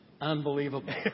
Unbelievable